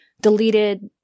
deleted